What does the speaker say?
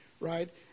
right